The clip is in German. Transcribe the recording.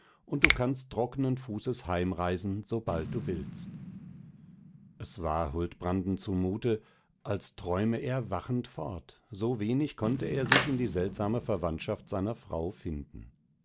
und du kannst trocknen fußes heimreisen sobald du willst es war huldbranden zumute als träume er wachend fort so wenig konnte er sich in die seltsame verwandtschaft seiner frau finden